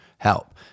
Help